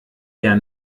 der